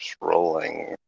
rolling